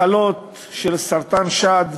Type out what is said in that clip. סרטן השד,